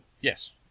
Yes